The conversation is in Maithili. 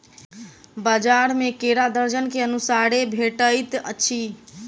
बजार में केरा दर्जन के अनुसारे भेटइत अछि